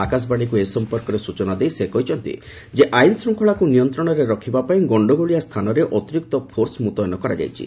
ଆକାଶବାଣୀକୁ ଏ ସମ୍ପର୍କରେ ସୂଚନା ଦେଇ ସେ କହିଚ୍ଚନ୍ତି ଯେ ଆଇନ୍ ଶୃଙ୍ଖଳାକୁ ନିୟନ୍ତ୍ରଣରେ ରଖିବା ପାଇଁ ଗଣ୍ଡଗୋଳିଆ ସ୍ଥାନରେ ଅତିରିକ୍ତ ଫୋର୍ସ ମୁତୟନ କରାଯାଇଛି